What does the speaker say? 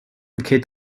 kidd